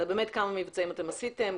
מבצעים אתם עשיתם,